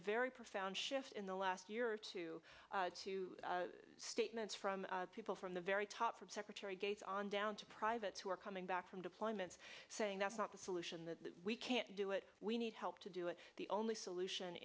very profound shift in the last year to two statements from people from the very top from secretary gates on down to privates who are coming back from deployments saying that's not the solution the we can't do it we need help to do it the only solution